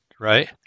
right